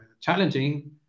challenging